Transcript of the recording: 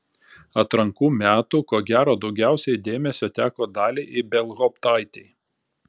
atrankų metų ko gero daugiausiai dėmesio teko daliai ibelhauptaitei